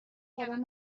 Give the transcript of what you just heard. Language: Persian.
کردند